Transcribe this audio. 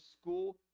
school